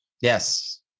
Yes